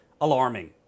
alarming